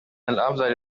الأفضل